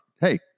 Hey